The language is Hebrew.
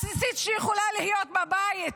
הבסיסית שיכולה להיות בבית,